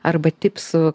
arba tipsų